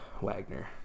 Wagner